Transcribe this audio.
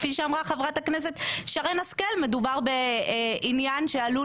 כפי שאמרה חברת הכנסת שרן השכל מדובר בעניין שעלול